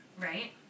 right